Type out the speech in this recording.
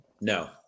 No